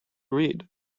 read